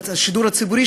השידור הציבורי?